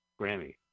Grammy